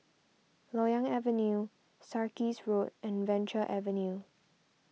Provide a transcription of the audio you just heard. Loyang Avenue Sarkies Road and Venture Avenue